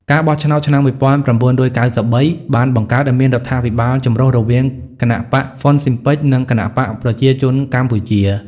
ការបោះឆ្នោតឆ្នាំ ១៩៩៣ បានបង្កើតឱ្យមានរដ្ឋាភិបាលចម្រុះរវាងគណបក្សហ្វ៊ុនស៊ិនប៉ិច និងគណបក្សប្រជាជនកម្ពុជា។